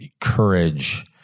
courage